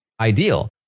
ideal